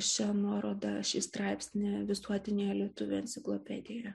šią nuorodą šį straipsnį visuotinėje lietuvių enciklopedijoje